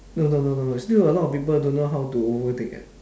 no no no no there's still a lot of people don't know how to overtake eh